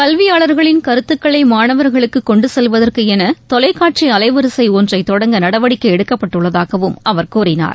கல்வியாளர்களின் கருத்துக்களை மாணவர்களுக்கு கொண்டு செல்வதற்கு என தொலைக்காட்சி அலைவரிசை ஒன்றை தொடங்க நடவடிக்கை எடுக்கப்பட்டுள்ளதாகவும் அவர் கூறினார்